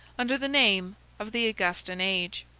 under the name of the augustan age.